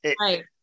Right